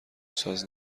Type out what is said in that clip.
ساز